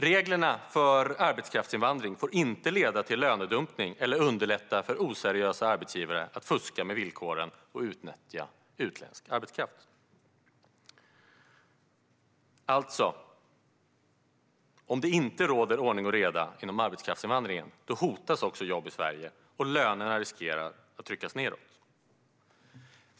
Reglerna för arbetskraftsinvandring får inte leda till lönedumpning eller underlätta för oseriösa arbetsgivare att fuska med villkoren och utnyttja utländsk arbetskraft. Alltså: Om det inte råder ordning och reda inom arbetskraftsinvandringen hotas jobb i Sverige och lönerna riskerar att tryckas nedåt.